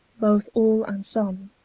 both all and some,